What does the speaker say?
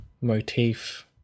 motif